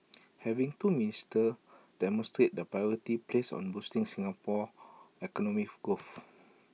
having two ministers demonstrates the priority placed on boosting Singapore's economic growth